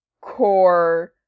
core